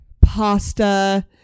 pasta